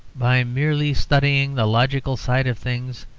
by merely studying the logical side of things,